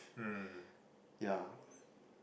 yeah